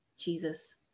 Jesus